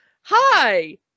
Hi